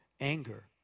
anger